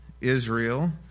Israel